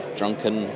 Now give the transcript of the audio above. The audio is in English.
drunken